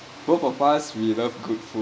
both of us we love good food